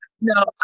no